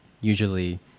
Usually